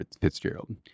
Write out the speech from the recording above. Fitzgerald